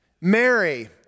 Mary